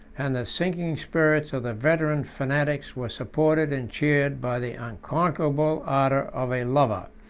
and the sinking spirits of the veteran fanatics were supported and cheered by the unconquerable ardor of a lover.